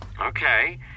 Okay